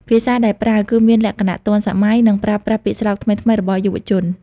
ភាសាដែលប្រើ គឺមានលក្ខណៈទាន់សម័យ និងប្រើប្រាស់ពាក្យស្លោកថ្មីៗរបស់យុវជន។